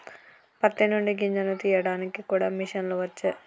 పత్తి నుండి గింజను తీయడానికి కూడా మిషన్లు వచ్చే